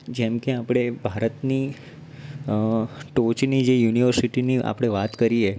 જેમ કે આપણે ભારતની ટોચની જે યુનિવર્સિટીની આપણે વાત કરીએ